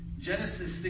Genesis